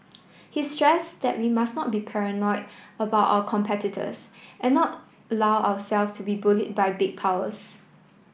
he stress that we must not be paranoid about our competitors and not allow ourselves to be bullied by big powers